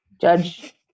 judge